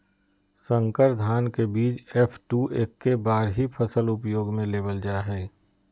संकर धान के बीज एफ.टू एक्के बार ही फसल उपयोग में लेवल जा हइ